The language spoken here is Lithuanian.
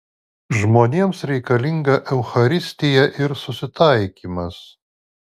žmonėms reikalinga eucharistija ir susitaikymas